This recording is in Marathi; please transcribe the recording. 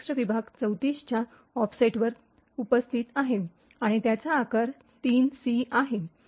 text विभाग ३४ च्या ऑफसेटवर उपस्थित आहे आणि त्याचा आकार ३ सी आहे